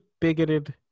bigoted